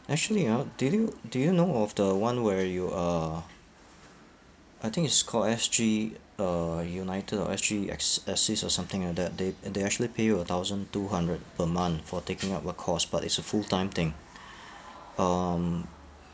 actually ah do you do you know of the one where you uh I think it's called S_G uh united or S_G ass~ assist or something like that they they actually pay you a thousand two hundred per month for taking up a course but it's a full time thing um